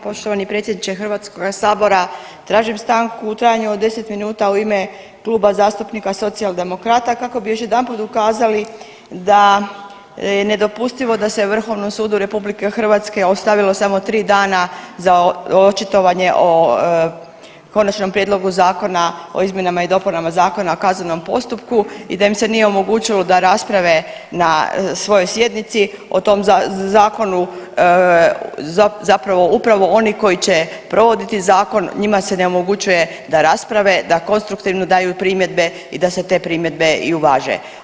Poštovani predsjedniče Hrvatskoga sabora tražim stanku u trajanju od 10 minuta u ime Kluba zastupnika Socijaldemokrata kako bi još jedanput ukazali da je nedopustivo da se Vrhovnom sudu RH ostavilo samo 3 dana za očitovanje o Konačnom prijedlogu Zakona o izmjenama i dopunama Zakona o kaznenom postupku i da im se nije omogućilo da rasprave na svojoj sjednici o tom zakonu zapravo upravo oni koji će provoditi zakon njima se ne omogućuje da rasprave, da konstruktivno daju primjedbe i da se te primjedbe i uvaže.